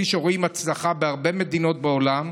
כפי שרואים הצלחה בהרבה מדינות בעולם.